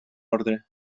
orde